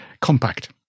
compact